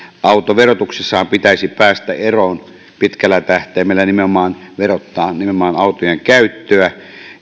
autoverotuksessahan pitäisi pitkällä tähtäimellä verottaa nimenomaan autojen käyttöä